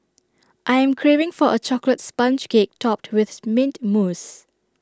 I am craving for A Chocolate Sponge Cake Topped with Mint Mousse